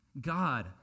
God